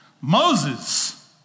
Moses